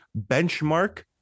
benchmark